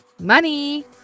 money